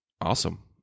awesome